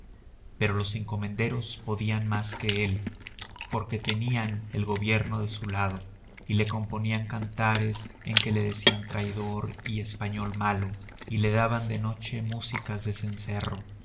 pero los encomenderos podían más que él porque tenían el gobierno de su lado y le componían cantares en que le decían traidor y español malo y le daban de noche músicas de cencerro